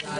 15:50.